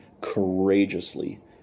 courageously